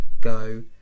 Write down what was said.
go